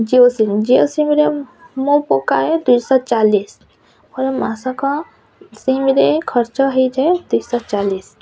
Jio SIM Jio ସିମ୍ରେ ମୁଁ ପକାଏ ଦୁଇଶହ ଚାଲିଶ ମୋର ମାସକ ସିମ୍ରେ ଖର୍ଚ୍ଚ ହେଇଯାଏ ଦୁଇଶହ ଚାଲିଶ